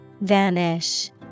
Vanish